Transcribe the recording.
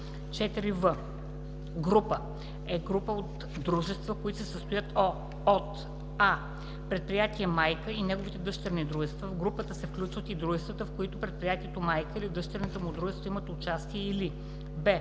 4в. „Група“ е група от дружества, която се състои от: а) предприятие майка и неговите дъщерни дружества; в групата се включват и дружествата, в които предприятието майка или дъщерните му дружества имат участия, или б)